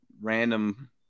random